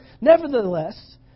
Nevertheless